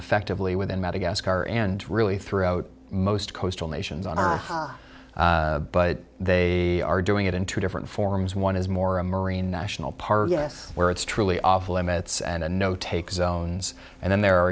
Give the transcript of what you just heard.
effectively within madagascar and really throughout most coastal nations on ah but they are doing it in two different forms one is more a marine national park guess where it's truly off limits and no take zones and then there are